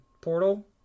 Portal